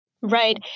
Right